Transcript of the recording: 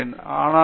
ஆனால் ஐ